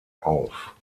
auf